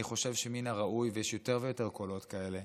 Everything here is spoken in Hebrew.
אני חושב שמן הראוי, ויש יותר ויותר קולות כאלה,